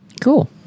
cool